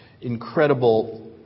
incredible